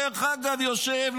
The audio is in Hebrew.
יושב,